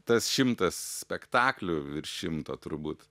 tas šimtas spektaklių virš šimto turbūt